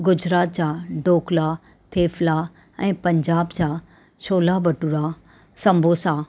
गुजरात जा ढोकला थेपला ऐं पंजाब जा छोला भटूरा सम्बोसा